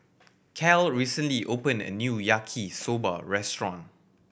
Cal recently opened a new Yaki Soba restaurant